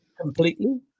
Completely